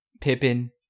Pippin